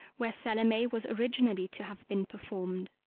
where salome was originally to have been performed.